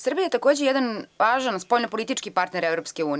Srbija je takođe jedan važan spoljno politički partner EU.